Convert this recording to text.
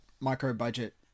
micro-budget